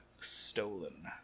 stolen